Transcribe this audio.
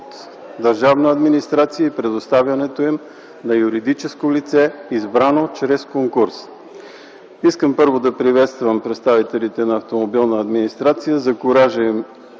държавна администрация и предоставянето им на юридическо лице, избрано чрез конкурс. Първо, искам да приветствам представителите на „Автомобилна администрация” за куража им,